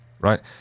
right